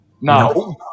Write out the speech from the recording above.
No